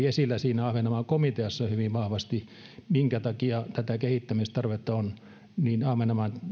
esillä siinä ahvenanmaan komiteassa se minkä takia tätä kehittämistarvetta on ahvenanmaan